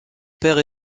père